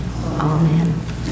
amen